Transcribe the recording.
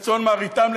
לצאן מרעיתם,